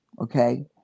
Okay